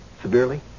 Severely